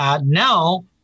now